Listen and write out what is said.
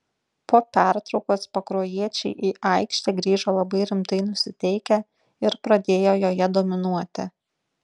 po pertraukos pakruojiečiai į aikštę grįžo labai rimtai nusiteikę ir pradėjo joje dominuoti